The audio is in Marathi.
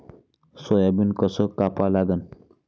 सोयाबीन कस कापा लागन?